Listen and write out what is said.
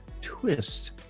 Twist